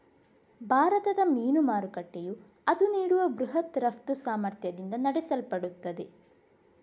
ಭಾರತದ ಮೀನು ಮಾರುಕಟ್ಟೆಯು ಅದು ನೀಡುವ ಬೃಹತ್ ರಫ್ತು ಸಾಮರ್ಥ್ಯದಿಂದ ನಡೆಸಲ್ಪಡುತ್ತದೆ